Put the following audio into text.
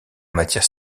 matière